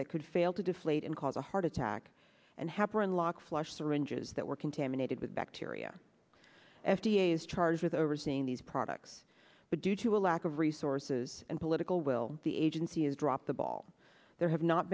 that could fail to deflate and cause a heart attack and happier unlock flush syringes that were contaminated with bacteria f d a is charged with overseeing these products but due to a lack of resources and political will the agency has dropped the ball there have not